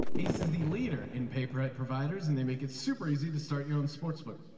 ace is the leader in paper hat providers and they make it super easy to start your own sportsbook.